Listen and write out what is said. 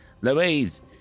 Louise